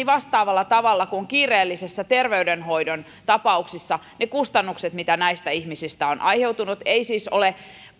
vastaavalla tavalla kuin kiireellisissä terveydenhoidon tapauksissa ne kustannukset mitä näistä ihmisistä on aiheutunut ei se siis ole